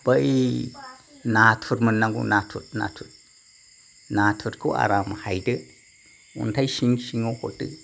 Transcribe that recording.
बै नाथुर मोननांगौ नाथुर नाथुर नाथुरखौ आराम हायदो अन्थाय सिं सिङाव हरदो